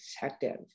Detective